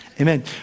amen